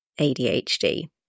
ADHD